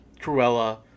Cruella